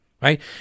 right